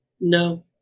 No